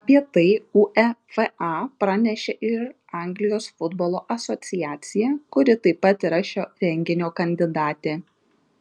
apie tai uefa pranešė ir anglijos futbolo asociacija kuri taip pat yra šio renginio kandidatė